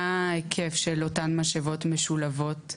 מה ההיקף של אותן משאבות משולבות פחות או יותר?